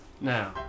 now